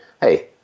hey